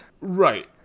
Right